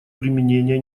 применения